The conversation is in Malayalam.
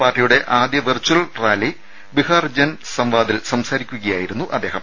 പാർട്ടിയുടെ ആദ്യ വെചർച്വൽ റാലി ബീഹാർ ജൻ സംവാദിൽ സംസാരിക്കുകയായിരുന്നു അദ്ദേഹം